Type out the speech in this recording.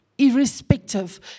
irrespective